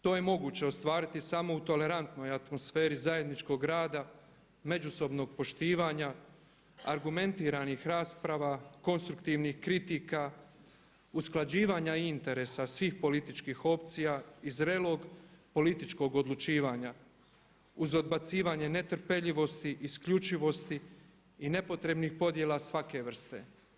To je moguće ostvariti samo u tolerantnoj atmosferi zajedničkog rada, međusobnog poštivanja, argumentiranih rasprava, konstruktivnih kritika, usklađivanja interesa svih političkih opcija i zrelog političkog odlučivanja uz odbacivanje netrpeljivosti, isključivosti i nepotrebnih podjela svake vrste.